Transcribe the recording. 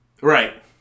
Right